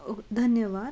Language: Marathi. ओक धन्यवाद